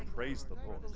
praise the lord.